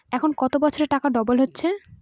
এখন কত বছরে টাকা ডবল হচ্ছে?